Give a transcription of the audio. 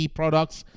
products